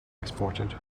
exported